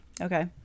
Okay